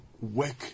work